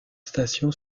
station